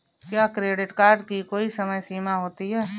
क्या credit card की कोई समय सीमा होती है?